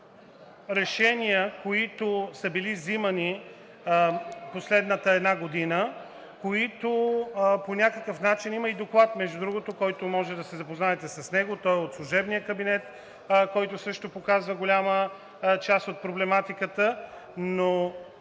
решения, които са били взимани в последната една година по някакъв начин – има и доклад между другото, с който може да се запознаете, той е от служебния кабинет, който също показва голяма част от проблематиката, но